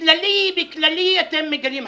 בכללי אתם מגלים הבנה,